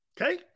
Okay